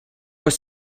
was